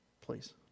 Please